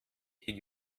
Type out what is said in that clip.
hier